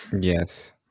Yes